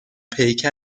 پیکر